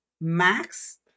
Max